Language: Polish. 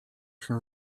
się